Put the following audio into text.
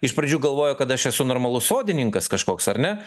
iš pradžių galvojo kad aš esu normalus sodininkas kažkoks ar ne